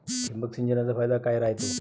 ठिबक सिंचनचा फायदा काय राह्यतो?